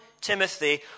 Timothy